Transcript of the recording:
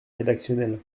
rédactionnel